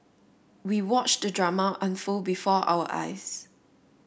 we watched the drama unfold before our eyes